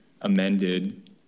amended